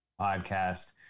Podcast